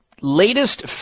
latest